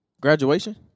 graduation